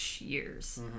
years